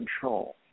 control